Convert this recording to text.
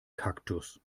kaktus